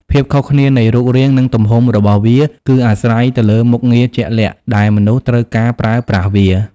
ភាពខុសគ្នានៃរូបរាង និងទំហំរបស់វាគឺអាស្រ័យទៅលើមុខងារជាក់លាក់ដែលមនុស្សត្រូវការប្រើប្រាស់វា។